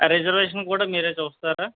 reservation కూడా మీరే చూస్తారా